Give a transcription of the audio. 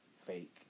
fake